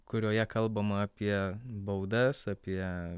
kurioje kalbama apie baudas apie